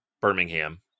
Birmingham